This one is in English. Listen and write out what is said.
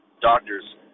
doctors